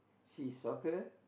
see soccer